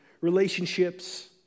relationships